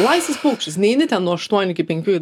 laisvas paukštis neini ten nuo aštuonių iki penkių į